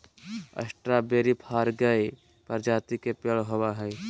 strawberry फ्रगार्य प्रजाति के पेड़ होव हई